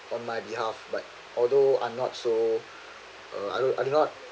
on my behalf but although I'm not so err I don't I do not